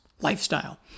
lifestyle